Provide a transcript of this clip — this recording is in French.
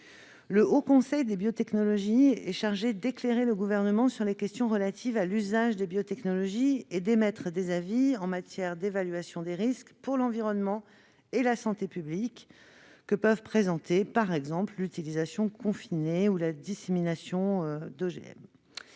Le Haut Conseil des biotechnologies est chargé d'éclairer le Gouvernement sur les questions relatives à l'usage des biotechnologies et d'émettre des avis en matière d'évaluation des risques pour l'environnement et la santé publique que peuvent présenter, par exemple, l'utilisation confinée ou la dissémination d'OGM.